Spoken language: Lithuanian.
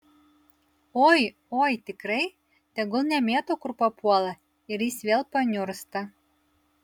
oi oi tikrai tegul nemėto kur papuola ir jis vėl paniursta